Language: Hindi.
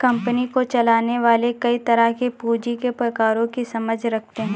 कंपनी को चलाने वाले कई तरह के पूँजी के प्रकारों की समझ रखते हैं